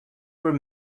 were